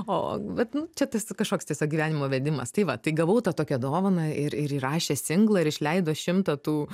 o vat nu čia tas kažkoks tiesiog gyvenimo vedimas tai va tai gavau tą tokią dovaną ir ir įrašė singlą išleido šimtą tų